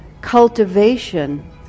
cultivation